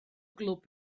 glwb